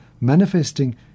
manifesting